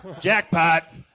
Jackpot